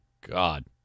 God